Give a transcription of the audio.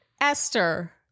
Esther